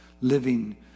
living